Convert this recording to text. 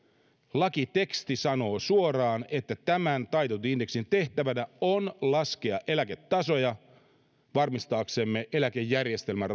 lakiteksti sanoo suoraan että tämän taitetun indeksin tehtävänä on laskea eläketasoja varmistaaksemme eläkejärjestelmän